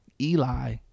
eli